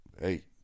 Hey